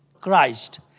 Christ